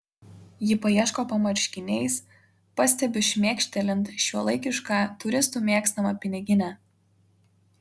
ji paieško po marškiniais pastebiu šmėkštelint šiuolaikišką turistų mėgstamą piniginę